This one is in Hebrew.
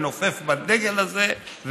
לנופף בדגל הזה,